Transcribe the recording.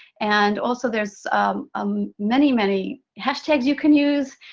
and also there's um many, many hashtags you can use,